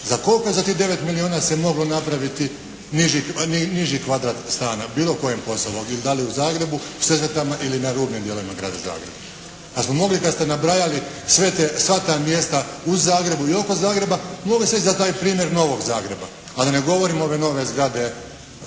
Za koliko je za tih 9 milijuna se moglo napraviti nižih kvadratnih stana u bilo kojem …/Govornik se ne razumije./… da li u Zagrebu, Sesvetama ili na rubnim dijelovima Grada Zagreba, pa smo mogli kad ste nabrajali sva ta mjesta u Zagrebu i oko Zagreba mogli ste i za taj primjer novog Zagreba, ali ne govorim ove nove zgrade preko